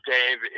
Dave